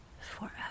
forever